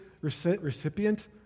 recipient